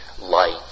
light